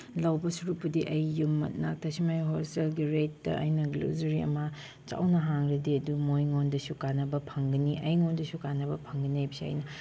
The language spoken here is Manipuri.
ꯂꯧꯕ ꯁꯔꯨꯛꯄꯨꯗꯤ ꯑꯩ ꯌꯨꯝ ꯃꯅꯥꯛꯇ ꯁꯨꯃꯥꯏꯅ ꯍꯣꯜꯁꯦꯜꯒꯤ ꯔꯦꯠꯇ ꯑꯩꯅ ꯒ꯭ꯔꯣꯁꯔꯤ ꯑꯃ ꯆꯥꯎꯅ ꯍꯥꯡꯂꯗꯤ ꯑꯗꯨ ꯃꯣꯏꯉꯣꯟꯗꯁꯨ ꯀꯥꯟꯅꯕ ꯐꯪꯒꯅꯤ ꯑꯩꯉꯣꯟꯗꯁꯨ ꯀꯥꯟꯅꯕ ꯐꯪꯒꯅꯤ ꯍꯥꯏꯕꯁꯦ ꯑꯩꯅ